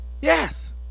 Yes